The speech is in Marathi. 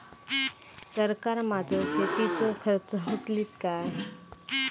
सरकार माझो शेतीचो खर्च उचलीत काय?